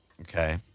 Okay